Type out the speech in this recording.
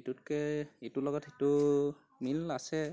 ইটোতকৈ ইটোৰ লগত সিটো মিল আছে